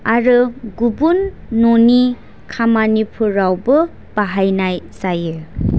आरो गुबुन न'नि खामानिफोरावबो बाहायनाय जायो